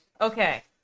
Okay